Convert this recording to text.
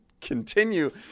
continue